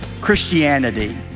Christianity